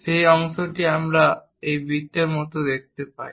এই অংশটি আমরা একটি বৃত্তের মতো দেখতে পাই